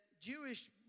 Jewish